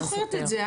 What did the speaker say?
את זוכרת את זה?